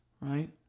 Right